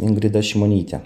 ingrida šimonytė